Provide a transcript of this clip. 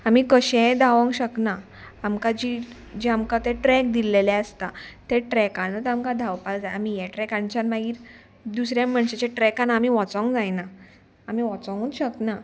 आमी कशेंय धांवंक शकना आमकां जी जे आमकां ते ट्रेक दिल्लेले आसता ते ट्रेकानूत आमकां धांवपाक जाय आमी हे ट्रेकांच्यान मागीर दुसऱ्या मनशाच्या ट्रेकान आमी वचोंक जायना आमी वचोंकूच शकना